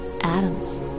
atoms